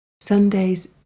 Sundays